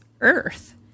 Earth